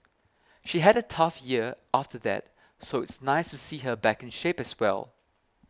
she had a tough year after that so it's nice to see her back in shape as well